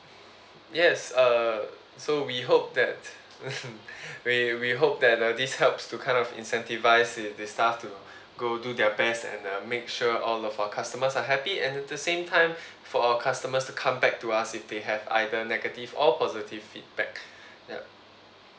yes uh so we hope that we we hope that uh this helps to kind of incentivise the the staff to go do their best and uh make sure all of our customers are happy and at the same time for our customers to come back to us if they have either negative or positive feedback ya